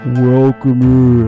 welcome